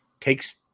takes